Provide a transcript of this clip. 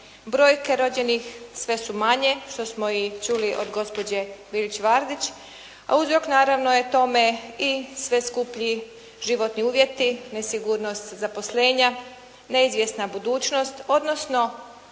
Brojke rođenih sve su manje što smo i čuli od gospođe Bilić-Vardić a uzrok naravno je tome i sve skuplji životni uvjeti, nesigurnost zaposlenja, neizvjesna budućnost odnosno